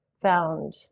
found